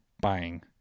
buying